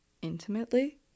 Intimately